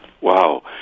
Wow